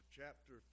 chapter